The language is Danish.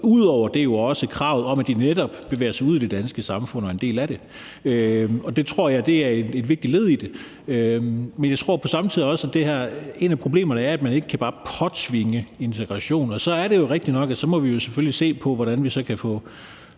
ligger der jo også kravet om, at de netop bevæger sig ud i det danske samfund og er en del af det, og det tror jeg er et vigtigt led i det. Men jeg tror på samme tid også, at et af problemerne er, at man ikke bare kan påtvinge nogen integration. Og så er det jo rigtigt nok, at vi selvfølgelig må se på, hvordan vi så kan få